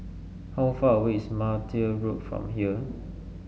how far away is Martia Road from here